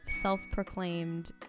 self-proclaimed